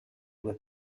due